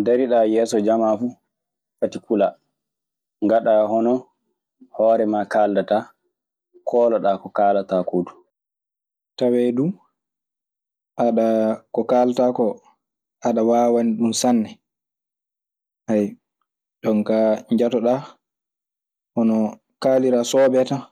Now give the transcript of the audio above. Ndariɗaa yeeso jamaa fu ati kulaa ngaɗaa hono hoore ,maa kaaldataa kooloɗaa ko kaalataa koo du. Tawee du ko kaaltaa koo aɗe waawani ɗun sanne. jon kaa njatoɗaa. Hono-kaaliraa soobee tan.